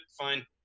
fine